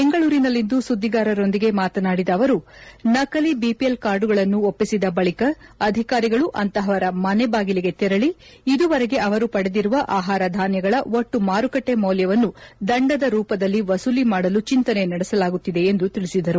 ಬೆಂಗಳೂರಿನಲ್ಲಿಂದು ಸುದ್ದಿಗಾರರೊಂದಿಗೆ ಮಾತನಾಡಿದ ಅವರು ನಕಲಿ ಬಿಪಿಎಲ್ ಕಾರ್ಡುಗಳನ್ನು ಒಪ್ಪಿಸಿದ ಬಳಿಕ ಅಧಿಕಾರಿಗಳು ಅಂತಹವರ ಮನೆ ಬಾಗಿಲಿಗೆ ತೆರಳಿ ಇದುವರೆಗೆ ಅವರು ಪಡೆದಿರುವ ಆಹಾರ ಧಾನ್ಯಗಳ ಒಟ್ಟು ಮಾರುಕಟ್ಟೆ ಮೌಲ್ಯವನ್ನು ದಂಡದ ರೂಪದಲ್ಲಿ ವಸೂಲಿ ಮಾಡಲು ಚಿಂತನೆ ನಡೆಸಲಾಗುತ್ತಿದೆ ಎಂದು ತಿಳಿಸಿದರು